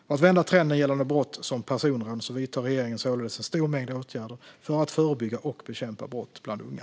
För att vända trenden gällande brott som personrån vidtar regeringen således en stor mängd åtgärder för att förebygga och bekämpa brott bland unga.